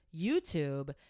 youtube